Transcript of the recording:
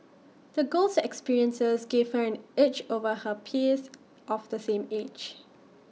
the girl's experiences gave her an edge over her peers of the same age